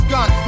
Gun